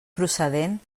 procedent